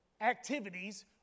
activities